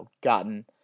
gotten